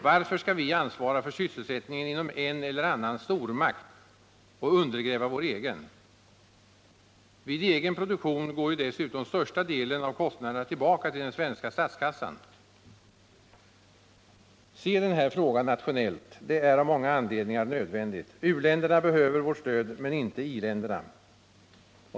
Varför skall vi ansvara för en eller annan stormakts sysselsättning och undergräva vår egen? Vid egen produktion går ju dessutom den största delen av kostnaderna tillbaka till den svenska statskassan. Se den här frågan nationellt! Det är av många anledningar nödvändigt. U-länderna behöver vårt stöd men inte i-länderna.